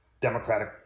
democratic